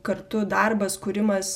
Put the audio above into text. kartu darbas kūrimas